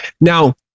Now